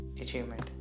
achievement